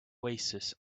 oasis